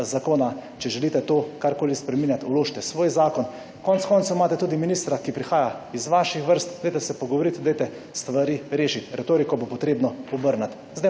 zakona. Če želite to karkoli spreminjati, vložite svoj zakon. Konec koncev imate tudi ministra, ki prihaja iz vaših vrst, dajte se pogovoriti, dajte stvari rešiti. Retoriko bo potrebno obrniti.